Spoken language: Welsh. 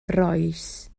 rois